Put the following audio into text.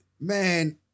Man